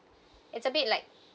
it's a bit like